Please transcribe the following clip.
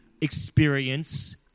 experience